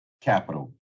capital